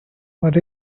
what